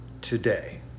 today